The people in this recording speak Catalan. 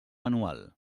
manual